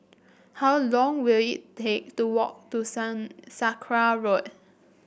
how long will it take to walk to sun Sakra Road